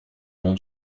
bon